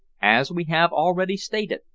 as we have already stated,